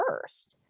first